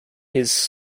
his